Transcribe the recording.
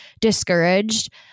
discouraged